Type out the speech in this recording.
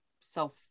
self